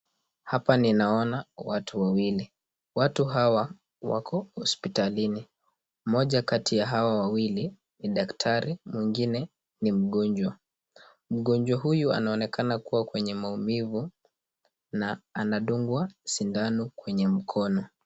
Hapa ninaona watu wawili. Watu hawa wako hospitalini, mmoja kati ya hawa wawili ni daktari, mwingine ni mgonjwa. Mgonjwa huyu anaonekana kuwa kwenye maumivu na anadungwa sindano kwenye mkono.